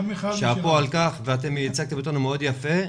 שאפו על כך, ייצגתם אותנו מאוד יפה.